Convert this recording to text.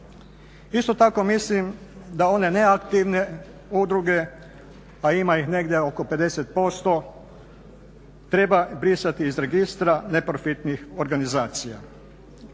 Isto tako mislim da one neaktivne udruge, a ima ih negdje oko 50%, treba brisati iz registra neprofitnih organizacija.